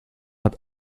hat